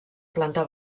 planta